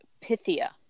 Pythia